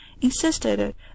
insisted